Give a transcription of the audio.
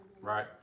Right